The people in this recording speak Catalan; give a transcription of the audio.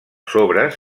sobres